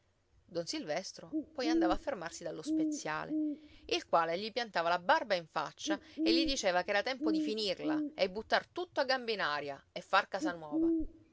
don silvestro poi andava a fermarsi dallo speziale il quale gli piantava la barba in faccia e gli diceva che era tempo di finirla e buttar tutto a gambe in aria e far